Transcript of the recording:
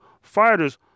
fighters